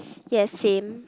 yes same